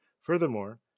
Furthermore